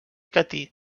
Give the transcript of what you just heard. catí